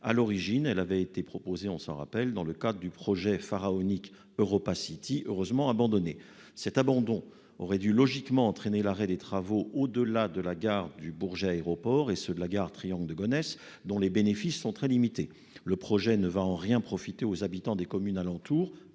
à l'origine, elle avait été proposée, on s'en rappelle, dans le cadre du projet pharaonique EuropaCity heureusement abandonné cet abandon aurait dû logiquement entraîner l'arrêt des travaux au de la de la gare du Bourget, aéroport et ceux de la gare triangle de Gonesse, dont les bénéfices sont très limités, le projet ne va en rien profiter aux habitants des communes alentour,